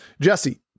Jesse